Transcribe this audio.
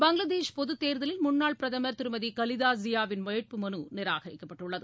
பங்களாதேஷ் பொதுத்தேர்தலில் முன்னாள் பிரதம் ஜியாவின் திருமதிகலிதா வேட்புமனுநிராகிக்கப்பட்டுள்ளது